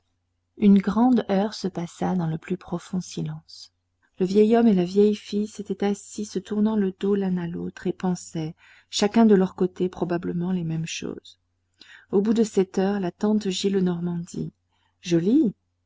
une grande heure se passa dans le plus profond silence le vieux homme et la vieille fille s'étaient assis se tournant le dos l'un à l'autre et pensaient chacun de leur côté probablement les mêmes choses au bout de cette heure la tante gillenormand dit joli